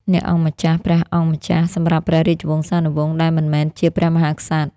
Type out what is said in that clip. អ្នកអង្គម្ចាស់ ព្រះអង្គម្ចាស់ សម្រាប់ព្រះរាជវង្សានុវង្សដែលមិនមែនជាព្រះមហាក្សត្រ។